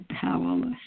powerless